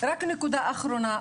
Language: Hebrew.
רק נקודה אחרונה,